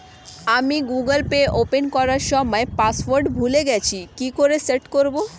আমি Google Pay open করার সময় পাসওয়ার্ড ভুলে গেছি কি করে সেট করব?